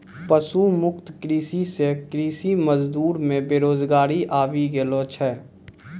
पशु मुक्त कृषि से कृषि मजदूर मे बेरोजगारी आबि गेलो छै